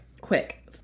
quick